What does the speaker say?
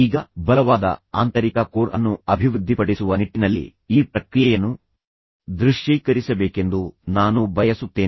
ಈಗ ಬಲವಾದ ಆಂತರಿಕ ಕೋರ್ ಅನ್ನು ಅಭಿವೃದ್ಧಿಪಡಿಸುವ ನಿಟ್ಟಿನಲ್ಲಿ ನೀವು ಈ ಪ್ರಕ್ರಿಯೆಯನ್ನು ದೃಶ್ಯೀಕರಿಸಬೇಕೆಂದು ನಾನು ಬಯಸುತ್ತೇನೆ